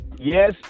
Yes